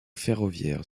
ferroviaire